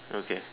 okay